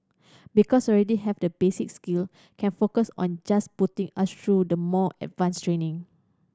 because already have the basic skill can focus on just putting us through the more advanced training